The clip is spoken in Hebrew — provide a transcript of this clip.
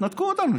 תנתקו אותנו.